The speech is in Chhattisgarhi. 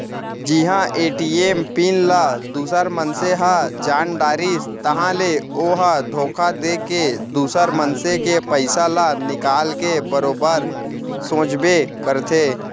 जिहां ए.टी.एम पिन ल दूसर मनसे ह जान डारिस ताहाँले ओ ह धोखा देके दुसर मनसे के पइसा ल निकाल के बरोबर सोचबे करथे